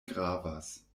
gravas